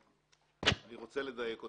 אני רוצה לדייק אותם.